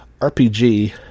RPG